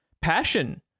passion